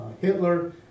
Hitler